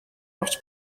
авч